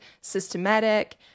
systematic